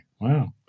wow